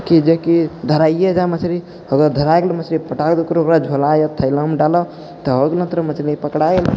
कि जे कि धराइए जाइ मछरी अगर धरा गेलै मछरी तऽ पटाक दऽ ओकरा झोला या थैलामे डालऽ तऽ हो गेलऽ ने तोरा मछली पकड़ा गेलऽ